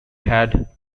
had